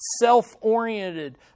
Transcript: self-oriented